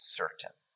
certain